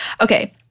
Okay